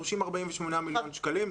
דורשים 48 מיליון שקלים.